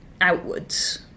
outwards